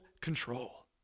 control